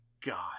God